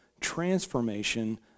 transformation